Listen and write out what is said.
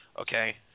okay